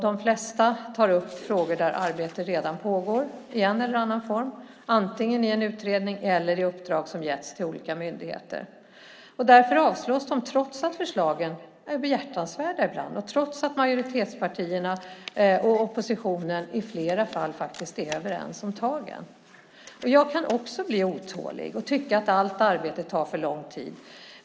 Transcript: De flesta tar upp frågor där arbete redan pågår i en eller annan form, antingen i en utredning eller i uppdrag som getts till olika myndigheter. Därför avstyrks de trots att förslagen ibland är behjärtansvärda och trots att majoritetspartierna och oppositionen i flera fall faktiskt är överens om tagen. Jag kan också bli otålig och tycka att allt arbete tar för lång tid.